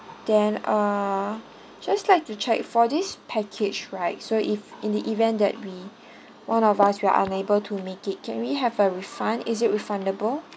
then uh just like to check for this package right so if in the event that we one of us we're unable to make it can we have a refund is it refundable